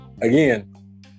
Again